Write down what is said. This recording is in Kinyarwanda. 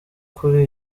kuri